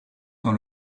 dans